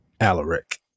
Alaric